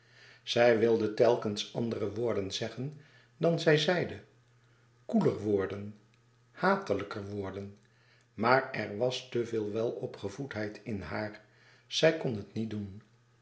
zij wilde telkens andere woorden zeggen dan zij zeide koeler woorden hatelijker woorden maar er was te veel welopgevoedheid in haar zij kon het niet doen